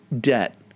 debt